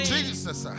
Jesus